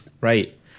Right